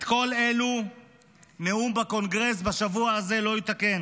את כל אלו נאום בקונגרס בשבוע הזה לא יתקן